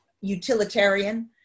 utilitarian